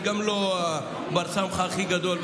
אני גם לא הבר-סמכא הכי גדול,